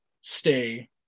stay